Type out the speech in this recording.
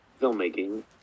filmmaking